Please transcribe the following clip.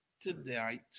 tonight